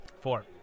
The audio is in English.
Four